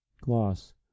Gloss